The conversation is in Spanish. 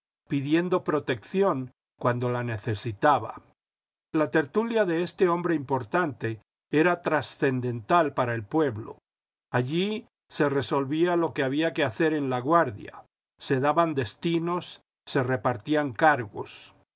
pidiendo protección cuando la necesitaba la tertulia de este hombre importante era trascendental para el pueblo allí se resolvía lo que había que hacer en laguardia se daban destinos se repartían cargos